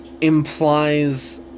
Implies